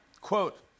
Quote